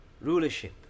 rulership